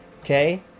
Okay